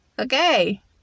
Okay